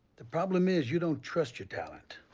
the problem is you don't trust your talent.